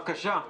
בבקשה.